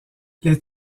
les